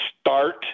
start